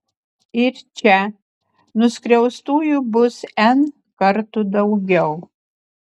ir čia nuskriaustųjų bus n kartų daugiau